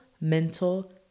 mental